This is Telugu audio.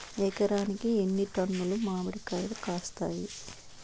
ఎకరాకి ఎన్ని టన్నులు మామిడి కాయలు కాస్తాయి?